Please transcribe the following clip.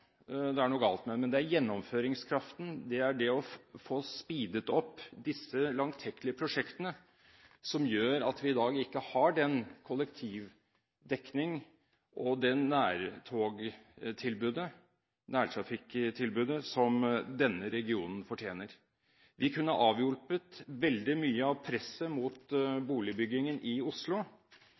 det er noe galt med, men gjennomføringskraften. Det er det å få speedet opp disse prosjektene, som er så langtekkelige at vi i dag ikke har den kollektivdekning og det nærtrafikktilbudet som denne regionen fortjener. Vi kunne avhjulpet veldig mye av presset mot boligbyggingen i Oslo